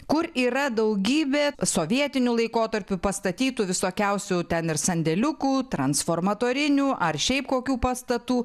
kur yra daugybė sovietiniu laikotarpiu pastatytų visokiausių ten ir sandėliukų transformatorinių ar šiaip kokių pastatų